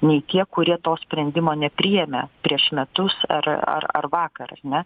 nei tie kurie to sprendimo nepriėmė prieš metus ar ar ar vakar ar ne